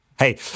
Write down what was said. Hey